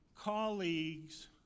colleagues